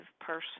person